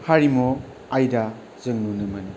हारिमु आयदा जों नुनो मोनो